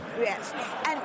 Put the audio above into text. Yes